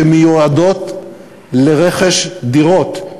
שמיועדים לרכש דירות,